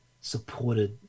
supported